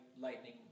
lightning